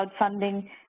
crowdfunding